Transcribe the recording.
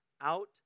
out